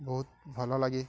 ବହୁତ ଭଲଲାଗେ